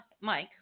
Mike